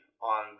on